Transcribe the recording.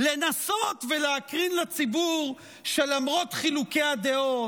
לנסות ולהקרין לציבור שלמרות חילוקי הדעות,